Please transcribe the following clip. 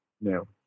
No